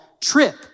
trip